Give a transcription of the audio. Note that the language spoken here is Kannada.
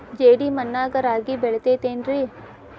ಜೇಡಿ ಮಣ್ಣಾಗ ರಾಗಿ ಬೆಳಿತೈತೇನ್ರಿ?